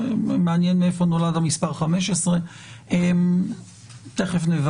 מעניין מאיפה נולד המספר 15. זו נקודה חשובה ואני